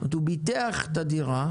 זאת אומרת, הוא ביטח את הדירה,